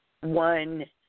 one